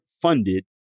funded